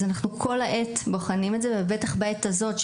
אז אנחנו כל העת בוחנים את זה ובטח בעת הזאת,